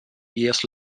years